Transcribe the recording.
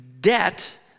debt